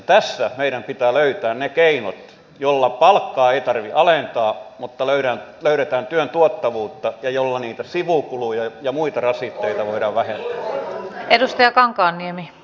tässä meidän pitää löytää ne keinot joilla palkkaa ei tarvitse alentaa mutta löydetään työn tuottavuutta ja joilla niitä sivukuluja ja muita rasitteita voidaan vähentää